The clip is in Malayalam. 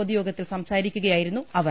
പൊതുയോഗത്തിൽ സംസാരിക്കു കയായിരുന്നു അവർ